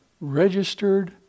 registered